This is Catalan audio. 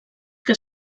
que